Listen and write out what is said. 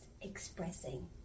expressing